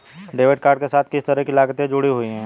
Debit card के साथ किस तरह की लागतें जुड़ी हुई हैं?